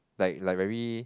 like like very